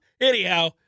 Anyhow